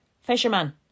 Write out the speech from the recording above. fisherman